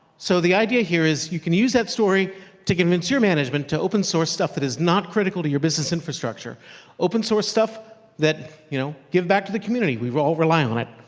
so the idea here is you can use that story to convince your management to open source stuff that is not critical to your business infrastructure open source stuff that, you know, give back to the community. we all rely on it,